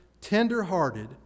tender-hearted